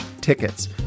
tickets